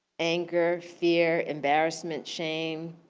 anger, fear, embarrassment, shame.